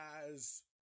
guys